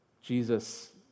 Jesus